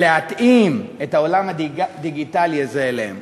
או להתאים את העולם הדיגיטלי הזה בשבילם?